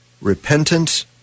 repentance